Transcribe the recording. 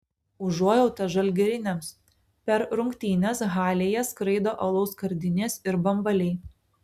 užuojauta žalgiriniams per rungtynes halėje skraido alaus skardinės ir bambaliai